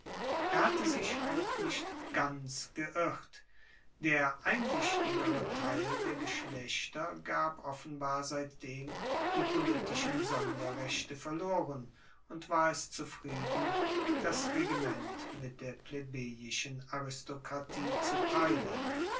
er hatte sich auch nicht ganz geirrt der einsichtigere teil der geschlechter gab offenbar seitdem die politischen sonderrechte verloren und war es zufrieden das regiment mit der plebejischen aristokratie zu teilen